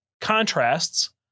contrasts